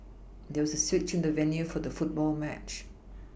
there was a switch in the venue for the football match